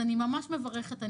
אני ממש מברכת.